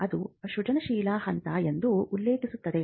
ಅದು ಸೃಜನಶೀಲ ಹಂತ ಎಂದು ಉಲ್ಲೇಖಿಸುತ್ತದೆ